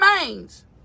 remains